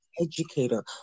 educator